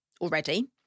already